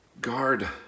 Guard